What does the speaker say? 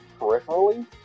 peripherally